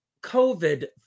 COVID